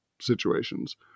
situations